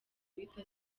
guhita